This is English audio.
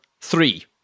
three